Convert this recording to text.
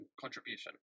contribution